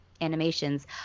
animations